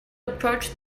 approach